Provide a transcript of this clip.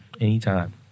Anytime